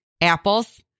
apples